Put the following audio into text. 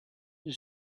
the